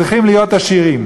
צריכים להיות עשירים,